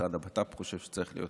משרד הבט"פ חושב שצריך להיות